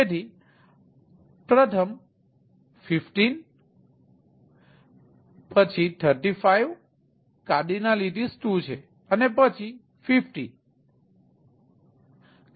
તેથી પ્રથમ 15 2 પછી 35 કાર્ડિનલિટીઝ 2 છે અને પછી 501 છે